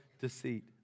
deceit